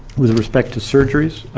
with respect to surgeries.